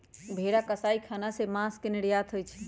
भेरा कसाई ख़ना से मास के निर्यात होइ छइ